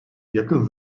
yakın